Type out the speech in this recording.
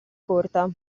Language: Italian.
corta